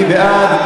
מי בעד?